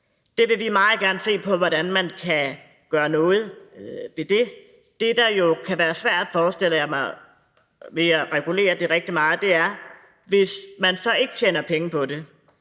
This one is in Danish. år. Vi vil meget gerne se på, hvordan man kan gøre noget ved det. Det, der jo kan være svært, forestiller jeg mig, ved at regulere det rigtig meget, er, hvis man så ikke tjener penge på det